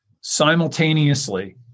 simultaneously